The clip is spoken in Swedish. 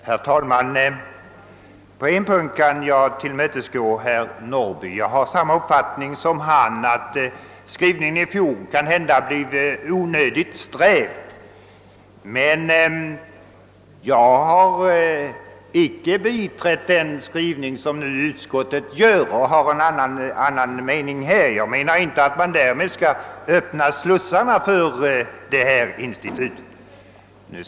Herr talman! På en punkt kan jag tillmötesgå herr Norrby. Jag har liksom han uppfattningen att skrivningen i fjol kanhända blev onödigt sträv. Jag har emellertid icke biträtt den skrivning som utskottet nu gör, eftersom jag inte menar att man skall öppna slussarna för detta institut.